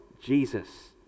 Jesus